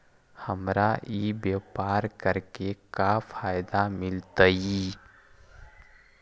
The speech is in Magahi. हमरा ई व्यापार करके का फायदा मिलतइ?